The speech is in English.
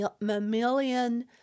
mammalian